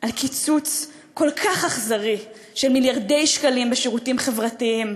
על קיצוץ כל כך אכזרי של מיליארדי שקלים בשירותים חברתיים,